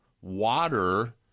water